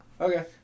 Okay